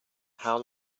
how